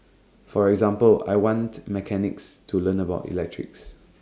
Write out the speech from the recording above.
for example I want mechanics to learn about electrics